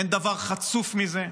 אין דבר חצוף מזה,